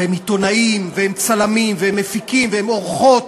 והם עיתונאים, והם צלמים, והם מפיקים, והן עורכות